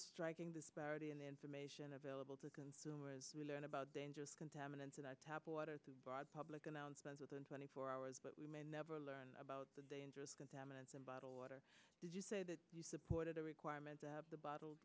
striking disparity in the information available to consumers learn about dangerous contaminants and i tap water it's a broad public announcement within twenty four hours but we may never learn about the dangerous contaminants in bottled water did you say that you supported a requirement that the bottled